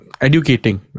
educating